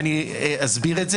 נושא הישיבה של